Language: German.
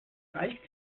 reicht